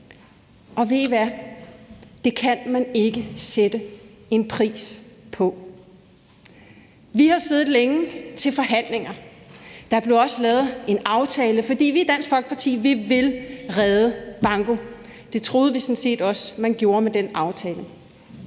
og ved I hvad, det kan man ikke sætte en pris på. Vi har siddet længe til forhandlinger, og der blev også lavet en aftale, for vi vil i Dansk Folkeparti redde bankoen, og det troede vi sådan set også man gjorde med den aftale.